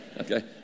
Okay